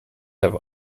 have